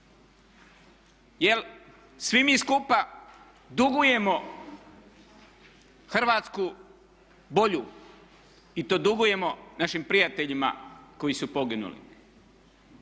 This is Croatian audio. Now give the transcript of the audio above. Jer svi mi skupa dugujemo Hrvatsku bolju i to dugujemo našim prijateljima koji su poginuli.